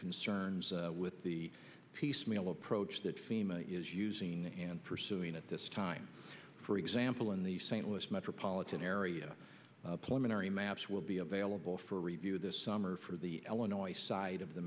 concerns with the piecemeal approach that fema is using and pursuing at this time for example in the st louis metropolitan area plenary maps will be available for review this summer for the l annoyed side of the